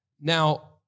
Now